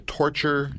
torture